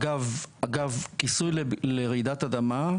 אגב כיסוי לרעידת אדמה,